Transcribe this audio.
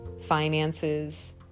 finances